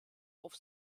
auf